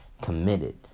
committed